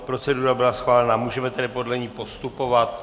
Procedura byla schválena, můžeme tedy podle ní postupovat.